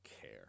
care